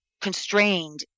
constrained